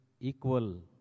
equal